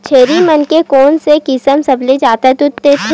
छेरी मन के कोन से किसम सबले जादा दूध देथे?